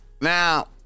Now